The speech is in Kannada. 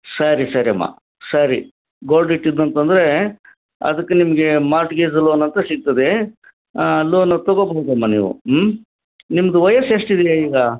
ಸರಿ ಸರಿಯಮ್ಮ ಸರಿ ಗೋಲ್ಡ್ ಇಟ್ಟಿದ್ದು ಅಂತಂದ್ರೆ ಅದಕ್ಕೆ ನಿಮ್ಗೆ ಮಾರ್ಟ್ಗೇಜ್ ಲೋನ್ ಅಂತ ಸಿಕ್ತದೆ ಲೋನು ತಗೊಬಹುದಮ್ಮ ನೀವು ನಿಮ್ಮದು ವಯಸ್ಸು ಎಷ್ಟಿದೆ ಈಗ